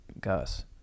Gus